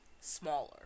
smaller